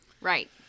Right